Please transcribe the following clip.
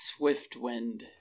Swiftwind